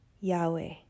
Yahweh